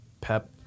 Pep